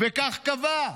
וכך קבע: